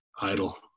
Idle